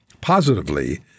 positively